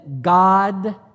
God